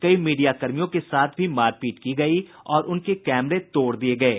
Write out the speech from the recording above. कई मीडियाकर्मियों के साथ भी मारपीट की गई और उनके कैमरे तोड़ दिये गये